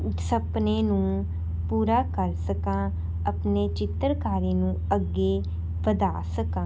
ਸੁਪਨੇ ਨੂੰ ਪੂਰਾ ਕਰ ਸਕਾਂ ਆਪਣੇ ਚਿੱਤਰਕਾਰੀ ਨੂੰ ਅੱਗੇ ਵਧਾ ਸਕਾਂ